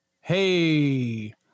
Hey